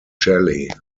jelly